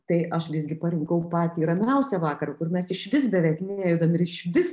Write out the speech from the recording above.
tai aš visgi parinkau patį ramiausią vakarą kur mes išvis beveik nejudam ir išvis